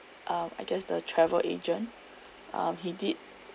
uh I guess the travel agent um he did